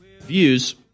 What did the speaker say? views